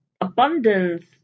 Abundance